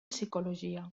psicologia